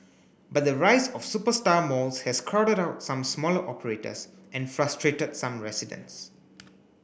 but the rise of superstar malls has crowded out some smaller operators and frustrated some residents